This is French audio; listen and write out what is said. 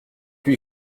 lui